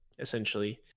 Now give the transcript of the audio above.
Essentially